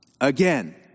Again